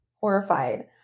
horrified